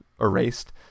erased